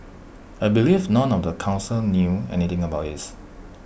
I believe none of the Council knew anything about this